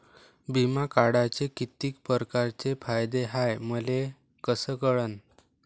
बिमा काढाचे कितीक परकारचे फायदे हाय मले कस कळन?